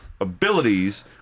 abilities